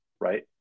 right